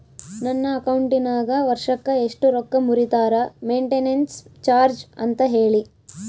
ನನ್ನ ಅಕೌಂಟಿನಾಗ ವರ್ಷಕ್ಕ ಎಷ್ಟು ರೊಕ್ಕ ಮುರಿತಾರ ಮೆಂಟೇನೆನ್ಸ್ ಚಾರ್ಜ್ ಅಂತ ಹೇಳಿ?